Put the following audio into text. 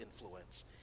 influence